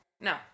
No